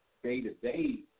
day-to-day